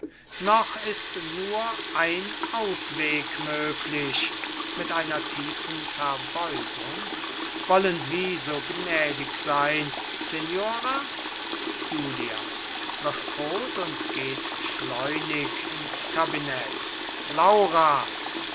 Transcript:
noch ist nur ein ausweg möglich mit einer tiefen verbeugung wollen sie so gnädig sein signora julia wird rot und geht schleunig ins kabinett laura